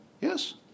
Yes